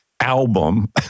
album